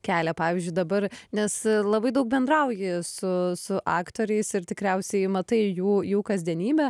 kelią pavyzdžiui dabar nes labai daug bendrauji su su aktoriais ir tikriausiai matai jų jų kasdienybę